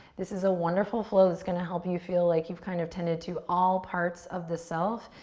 this is a wonderful flow that's gonna help you feel like you've kind of tended to all parts of the self.